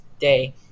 day